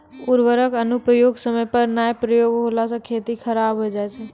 उर्वरक अनुप्रयोग समय पर नाय प्रयोग होला से खेती खराब हो जाय छै